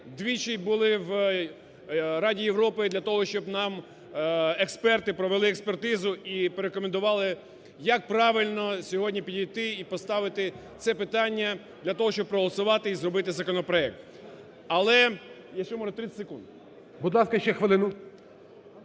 двічі були в Раді Європи для того, щоб нам експерти провели експертизу і порекомендували, як правильно сьогодні підійти і поставити це питання для того, щоб проголосувати і зробити законопроект. Але… Якщо можна. 30 секунд. ГОЛОВУЮЧИЙ. Будь ласка, ще хвилину.